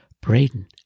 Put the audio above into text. Braden